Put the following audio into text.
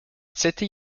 city